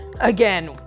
Again